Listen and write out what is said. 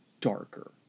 darker